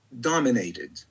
dominated